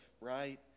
right